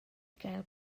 gael